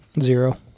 Zero